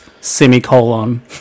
Semicolon